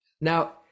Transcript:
now